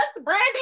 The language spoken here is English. brandy